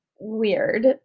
weird